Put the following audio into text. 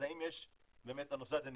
האם באמת הנושא הזה נבחן.